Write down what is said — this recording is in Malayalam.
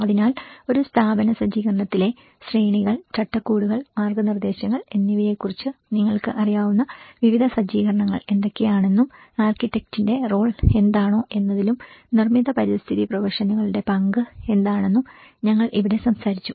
അതിനാൽ ഒരു സ്ഥാപന സജ്ജീകരണത്തിലെ ശ്രേണികൾ ചട്ടക്കൂടുകൾ മാർഗ്ഗനിർദ്ദേശങ്ങൾ എന്നിവയെക്കുറിച്ച് നിങ്ങൾക്ക് അറിയാവുന്ന വിവിധ സജ്ജീകരണങ്ങൾ എന്തൊക്കെയാണെന്നും ആർക്കിടെക്റ്റിന്റെ റോൾ എന്താണോ എന്നതിലും നിർമ്മിത പരിസ്ഥിതി പ്രൊഫഷണലുകളുടെ പങ്ക് എന്താണെന്നും ഞങ്ങൾ ഇവിടെ സംസാരിച്ചു